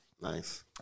Nice